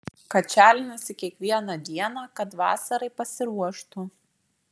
kačialinasi kiekvieną dieną kad vasarai pasiruoštų